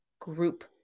group